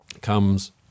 comes